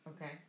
Okay